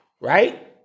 right